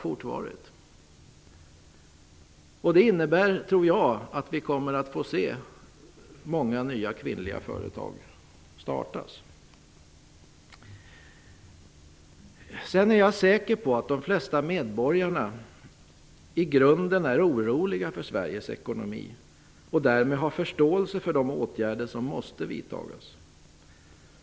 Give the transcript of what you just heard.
Jag tror att det innebär att vi kommer att få se många nya företag startas av kvinnor. Jag är säker på att de flesta medborgare i grunden är oroliga för Sveriges ekonomi och därmed har förståelse för de åtgärder som måste vidtagas.